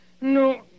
No